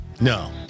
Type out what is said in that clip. No